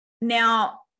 Now